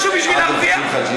תפסיק להתחנף